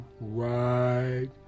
right